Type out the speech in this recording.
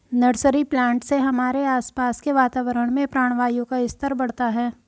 nursery plant से हमारे आसपास के वातावरण में प्राणवायु का स्तर बढ़ता है